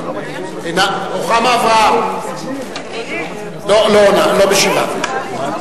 אינה משתתפת בהצבעה היא לא אמרה את זה.